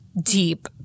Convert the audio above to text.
Deep